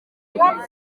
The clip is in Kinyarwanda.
kandi